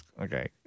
okay